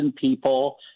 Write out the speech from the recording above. people